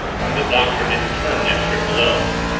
and the doctor didn't turn that trick alone.